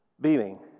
Beaming